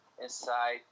inside